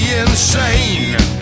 insane